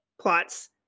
plots